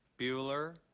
Bueller